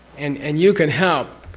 and and you can help